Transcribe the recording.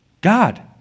God